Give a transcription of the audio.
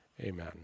Amen